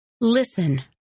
Listen